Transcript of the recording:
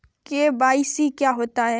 KYC क्या होता है?